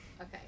Okay